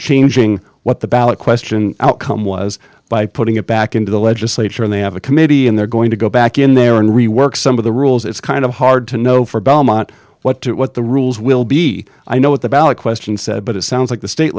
changing what the ballot question outcome was by putting it back into the legislature and they have a committee and they're going to go back in there and rework some of the rules it's kind of hard to know for belmont what to it what the rules will be i know what the ballot question but it sounds like the state